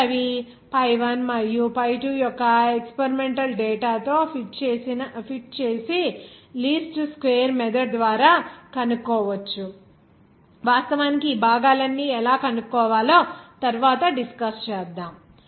అప్పుడు అవి pi1 మరియు pi2 యొక్క ఎక్స్పెరిమెంటల్ డేటా తో ఫిట్ చేసి లీస్ట్ స్క్వేర్ మెథడ్ ద్వారా కనుక్కోవచ్చు వాస్తవానికి ఈ భాగాలన్నీ ఎలా కనుక్కోవాలో తరువాత డిస్కస్ చేద్దాం